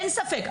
אין ספק.